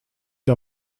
der